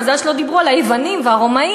מזל שלא דיברו על היוונים והרומאים,